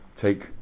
take